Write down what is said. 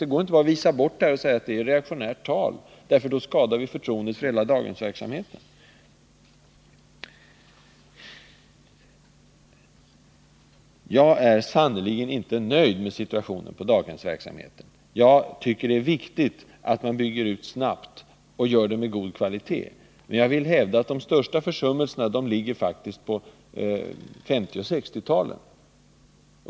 Det går inte att bara avvisa detta som reaktionärt tal — då skadar vi förtroendet för hela daghemsverksamheten. Jag är sannerligen inte nöjd med situationen när det gäller daghemsverksamheten. Det är viktigt att man bygger ut snabbt och gör det med god kvalitet. Men jag vill hävda att de största försummelserna faktiskt gjordes på 1950 och 1960-talen.